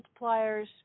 multipliers